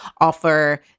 offer